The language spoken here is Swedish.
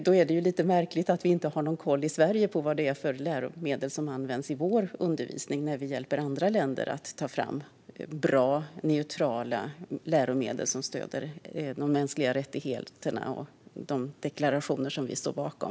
Då är det lite märkligt att det inte finns någon koll i Sverige på vilka läromedel som används i vår undervisning när vi kan hjälpa andra länder att ta fram bra, neutrala läromedel som stöder de mänskliga rättigheterna och de deklarationer som vi står bakom.